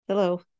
Hello